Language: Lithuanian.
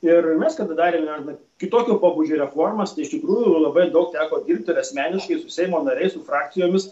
ir mes kada darėme kitokio pobūdžio reformas tai iš tikrųjų labai daug teko dirbti ir asmeniškai su seimo nariai su frakcijomis